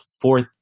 fourth